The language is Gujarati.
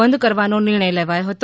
બંધ કરવાનો નિર્ણય લેવાયો હતો